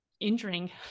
injuring